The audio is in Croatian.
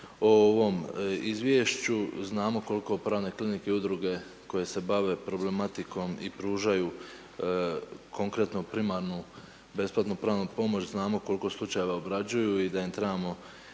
o ovom izvješću, znamo koliko pravne klinike i udruge, koje se bave problematikom, i pružaju konkretno primarnu besplatnu pravnu pomoć, znamo koliko slučajeva obrađuju i da im trebamo